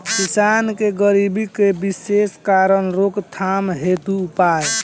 किसान के गरीबी के विशेष कारण रोकथाम हेतु उपाय?